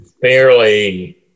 fairly